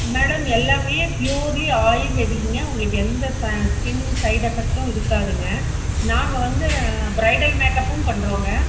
madam எல்லாமே purely ஆயுர்வேதிக்குங்க உங்களுக்கு எந்த ச ஸ்கின் சைட் எஃபெக்ட்டும் இருக்காதுங்க நாங்கள் வந்து பிரைடல் மேக்அப்பும் பண்றோங்க